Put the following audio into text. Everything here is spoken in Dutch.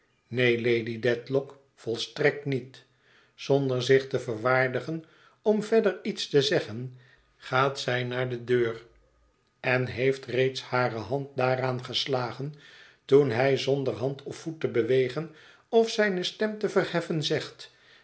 neen lady dedlock volstrekt niet zonder zich te verwaardigen om verder iets te zeggen gaat zij naar de deur en heeft reeds hare hand daaraan geslagen toen hij zonder hand of voet te bewegen of zijne stem te verheffen zegt